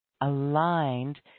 aligned